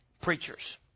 preachers